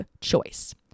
choice